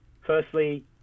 firstly